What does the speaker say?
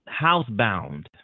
housebound